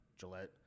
Gillette